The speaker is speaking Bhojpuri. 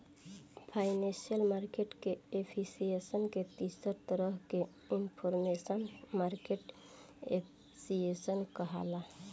फाइनेंशियल मार्केट के एफिशिएंसी के तीसर तरह के इनफॉरमेशनल मार्केट एफिशिएंसी कहाला